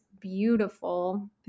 beautiful